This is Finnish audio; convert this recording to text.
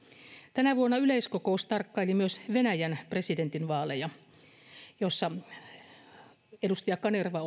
tänä vuonna yleiskokous tarkkaili myös venäjän presidentinvaaleja missä edustaja kanerva